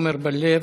עמר בר-לב,